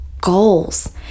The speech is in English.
goals